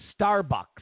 Starbucks